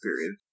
period